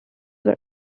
were